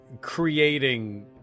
creating